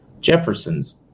Jefferson's